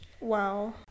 Wow